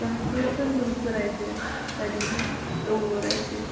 سُہ حظ چھُ گژھن پٕنٛژٕ رۄپیہِ تۄہہِ دِمہو ترٛوٚوُہ رۄپیہِ